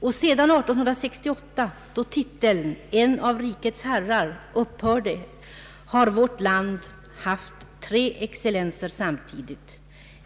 Sedan 1868 då titeln ”en av rikets herrar” upphörde har vårt land haft tre excellenser samtidigt.